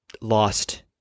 lost